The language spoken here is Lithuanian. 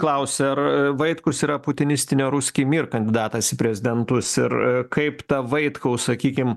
klausia ar vaitkus yra putinistinio ruski mir kandidatas į prezidentus ir kaip ta vaitkaus sakykim